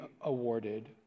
awarded